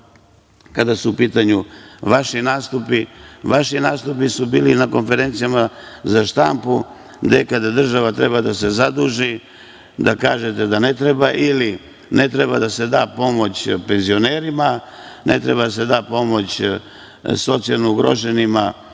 kada su u pitanju vaši nastupi. Vaši nastupi su bili na konferencijama za štampu gde kada država treba da se zaduži, da kažete da ne treba ili ne treba da se da pomoć penzionerima, ne treba da se da pomoć socijalno ugroženim